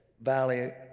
valley